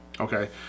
Okay